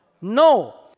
No